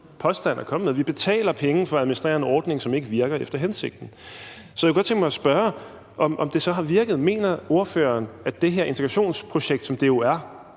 påstand at komme med. Vi betaler penge for at administrere en ordning, som ikke virker efter hensigten. Så jeg kunne godt tænke mig at spørge, om det så har virket: Mener ordføreren, at det her integrationsprojekt, som det jo er,